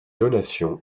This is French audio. donation